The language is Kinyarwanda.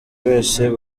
wese